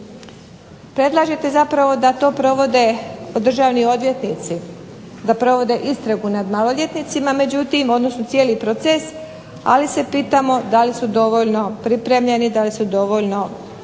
Predlažete zapravo da to provode državni odvjetnici, da provode istragu nad maloljetnicima, međutim odnosno cijeli proces, ali se pitamo da li su dovoljno pripremljeni, da li su dovoljno educirani.